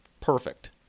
perfect